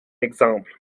exemple